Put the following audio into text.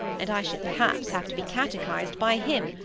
and i should perhaps have to be catechized by him,